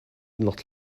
not